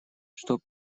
что